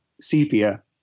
sepia